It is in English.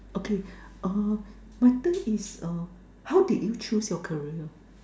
okay err my turn is uh how did you choose your career